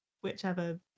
whichever